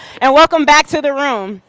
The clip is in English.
and welcome back to the room.